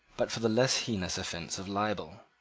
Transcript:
but for the less heinous offense of libel.